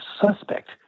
suspect